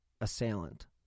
assailant